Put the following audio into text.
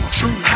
true